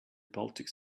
baltic